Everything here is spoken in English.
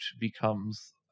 becomes